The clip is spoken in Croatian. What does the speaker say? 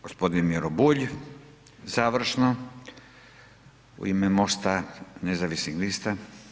Gospodin Miro Bulj, završno u ime MOST-a nezavisnih lista.